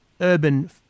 urban